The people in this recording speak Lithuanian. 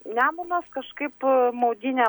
nemunas kažkaip maudynė